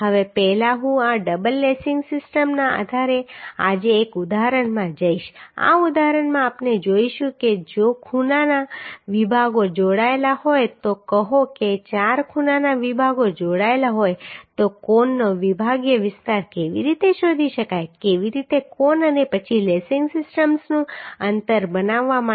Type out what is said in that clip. હવે પહેલા હું આ ડબલ લેસિંગ સિસ્ટમના આધારે આજે એક ઉદાહરણમાં જઈશ આ ઉદાહરણમાં આપણે જોઈશું કે જો ખૂણાના વિભાગો જોડાયેલા હોય તો કહો કે ચાર ખૂણાના વિભાગો જોડાયેલા હોય તો કોણનો વિભાગીય વિસ્તાર કેવી રીતે શોધી શકાય કેવી રીતે કોણ અને પછી લેસિંગ સિસ્ટમ્સનું અંતર બનાવવા માટે